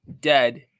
dead